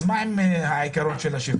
אז מה קורה עם עקרון השוויון?